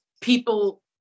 people